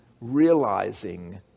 realizing